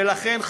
ולכן,